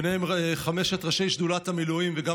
ביניהם חמשת ראשי שדולת המילואים וגם